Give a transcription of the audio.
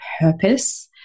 purpose